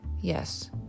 Yes